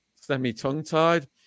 semi-tongue-tied